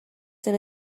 soon